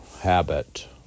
Habit